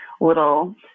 little